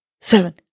seven